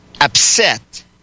upset